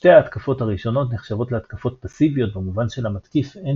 שתי ההתקפות הראשונות נחשבות להתקפות פאסיביות במובן שלמתקיף אין